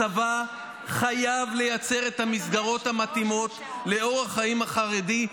הצבא חייב לייצר את המסגרות המתאימות לאורח החיים החרדי,